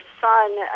son